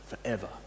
forever